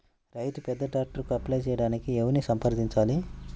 రైతు పెద్ద ట్రాక్టర్కు అప్లై చేయడానికి ఎవరిని సంప్రదించాలి?